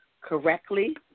correctly